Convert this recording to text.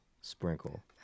sprinkle